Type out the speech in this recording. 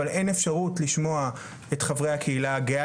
אבל אין אפשרות לשמוע את חברי הקהילה הגאה,